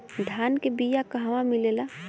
धान के बिया कहवा मिलेला?